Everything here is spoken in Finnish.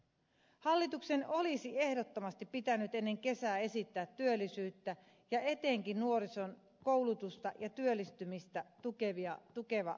hallituksen olisi ehdottomasti pitänyt ennen kesää esittää työllisyyttä ja etenkin nuorison koulutusta ja työllistymistä tukeva lisäbudjetti